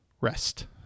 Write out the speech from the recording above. rest